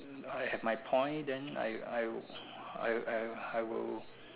I have my point then I I I I I will